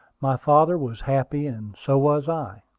my father was happy, and so was i.